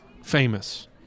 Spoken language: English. Famous